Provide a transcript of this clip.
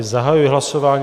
Zahajuji hlasování.